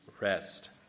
rest